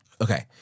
Okay